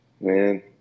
man